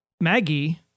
Maggie